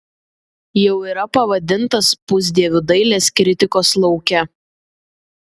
jau yra pavadintas pusdieviu dailės kritikos lauke